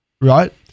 right